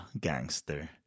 gangster